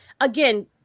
again